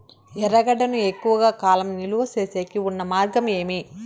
ఎర్రగడ్డ ను ఎక్కువగా కాలం నిలువ సేసేకి ఉన్న మార్గం ఏమి?